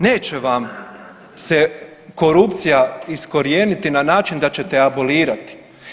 Neće vam se korupcija iskorijeniti na način da ćete je abolirati.